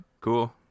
cool